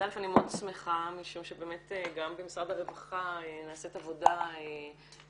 אני מאוד שמחה משום שבאמת גם במשרד הרווחה נעשית עבודה נהדרת,